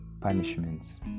punishments